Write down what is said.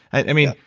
i mean,